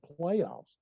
playoffs